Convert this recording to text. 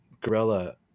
gorilla